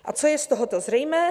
A co je z tohoto zřejmé?